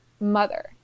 mother